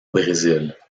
brésil